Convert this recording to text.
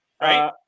right